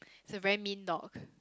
a very mean dog